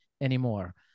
anymore